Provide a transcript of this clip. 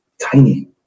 Tiny